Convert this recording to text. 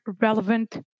relevant